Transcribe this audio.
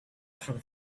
from